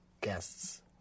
Guests